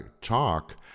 talk